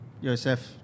Yosef